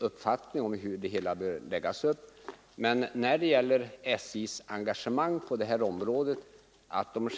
uppfattningar om hur det hela bör läggas upp börjar närma sig varandra. När det gäller SJ:s engagemang på detta område, tror jag att vi är överens.